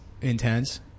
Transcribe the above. intense